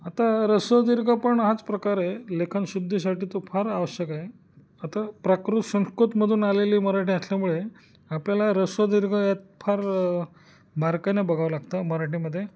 आता ऱ्हस्व दीर्घ पण हाच प्रकारे लेखनशुद्धीसाठी तो फार आवश्यक आहे आता प्राकृत संस्कृतमधून आलेली मराठी असल्यामुळे आपल्याला ऱ्हस्व दीर्घ यात फार बारकाईनं बघावं लागतं मराठीमध्ये